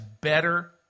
better